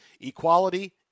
Equality